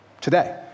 today